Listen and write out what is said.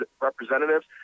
representatives